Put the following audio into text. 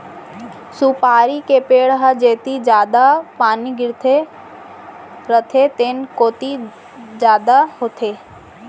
सुपारी के पेड़ ह जेती जादा पानी गिरत रथे तेन कोती जादा होथे